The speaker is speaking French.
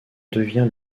devient